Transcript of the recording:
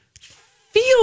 feel